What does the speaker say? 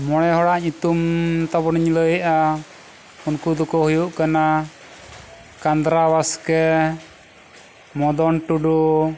ᱢᱚᱬᱮ ᱦᱚᱲᱟᱜ ᱧᱩᱛᱩᱢ ᱛᱟᱵᱚᱱᱤᱧ ᱞᱟᱹᱭᱮᱜᱼᱟ ᱩᱱᱠᱩ ᱫᱚᱠᱚ ᱦᱩᱭᱩᱜ ᱠᱟᱱᱟ ᱠᱟᱸᱫᱨᱟ ᱵᱟᱥᱠᱮ ᱢᱚᱫᱚᱱ ᱴᱩᱰᱩ